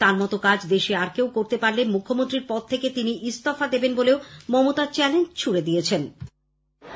তার মতো কাজ দেশে আর কেউ করতে পারলে মুখ্যমন্ত্রীর পদ থেকে তিনি ইস্তফা দেবেন বলেও মমতা চ্যালেঞ্জ ছড়ে দেন